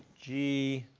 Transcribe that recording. g,